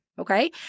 Okay